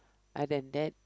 other than that